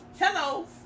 Hello